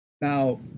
now